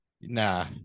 Nah